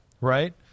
right